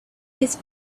his